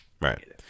right